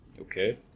okay